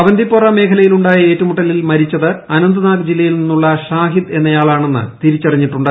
അവന്തിപ്പോറ മേഖലയിൽ ഉണ്ടായ ഏറ്റുമുട്ടലിൽ മരിച്ചത് അനന്ത് നാഗ് ജില്ലയിൽ ്നിന്നുള്ള ഷാഹിദ് എന്നയാളാണെന്ന് തിരിച്ചറിഞ്ഞിട്ടുണ്ട്